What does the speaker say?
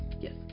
Yes